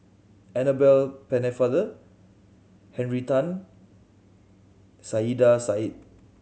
Annabel Pennefather Henry Tan Saiedah Said